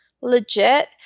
legit